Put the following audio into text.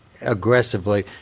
aggressively